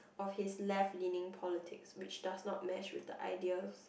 of his left leaning politics which does not match with the ideas